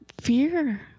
fear